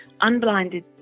unblinded